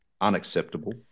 unacceptable